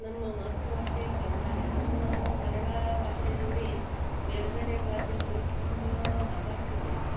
ನಮ್ಮ ಮಾತೃಭಾಷೆ ಕನ್ನಡ ರೀ ಆದ್ರೆ ನಾವು ಕನ್ನಡ ಭಾಷೆ ಜೋಡಿ ಬೇರೆ ಬೇರೆ ಭಾಷೆ ಹೋಲಿಸ್ಕೊಂಡು ಮಾತಾಡ್ತೀವಿ ರೀ